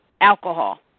alcohol